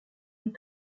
les